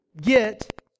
get